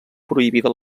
prohibida